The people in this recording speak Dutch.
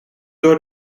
door